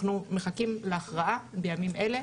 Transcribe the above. אנחנו מחכים להכרעה בימים אלה,